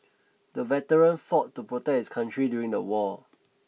the veteran fought to protect his country during the war